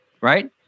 right